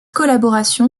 collaboration